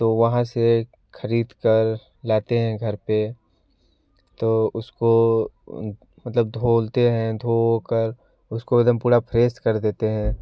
तो वहाँ से खरीदकर लाते हैं घर पे तो उसको मतलब धोलते हैं धो ओ कर उसको एदम पूरा फ्रेस कर देते हैं